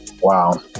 Wow